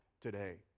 today